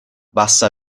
bassa